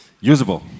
usable